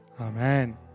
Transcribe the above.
Amen